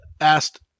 asked